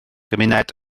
gymuned